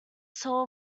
soul